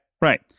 Right